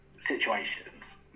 situations